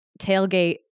tailgate